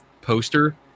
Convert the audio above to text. poster